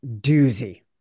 Doozy